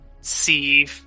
see